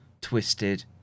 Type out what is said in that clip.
twisted